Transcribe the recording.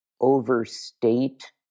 overstate